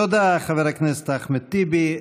תודה, חבר הכנסת אחמד טיבי.